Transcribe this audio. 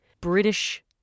British